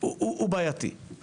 הוא בעייתי.